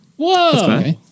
Whoa